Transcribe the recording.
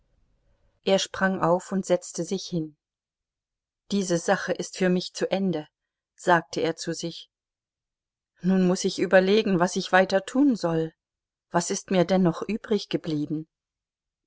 er sprang auf und setzte sich hin diese sache ist für mich zu ende sagte er zu sich nun muß ich überlegen was ich weiter tun soll was ist mir denn noch